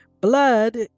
blood